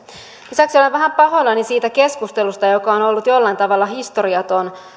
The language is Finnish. lisäksi olen vähän pahoillani siitä keskustelusta joka on on ollut jollain tavalla historiaton